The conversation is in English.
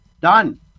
done